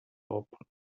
open